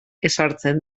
ezartzen